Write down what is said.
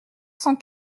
cent